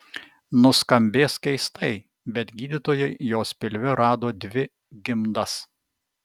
nuskambės keistai bet gydytojai jos pilve rado dvi gimdas